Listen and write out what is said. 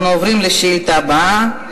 אנחנו עוברים לשאילתה הבאה.